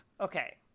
Okay